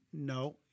no